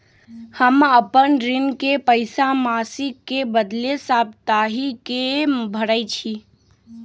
हम अपन ऋण के पइसा मासिक के बदले साप्ताहिके भरई छी